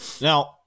Now